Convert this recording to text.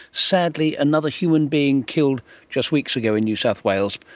sadly another human being killed just weeks ago in new south wales,